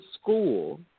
school